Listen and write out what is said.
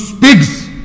pigs